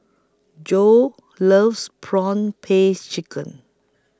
Joi loves Prawn Paste Chicken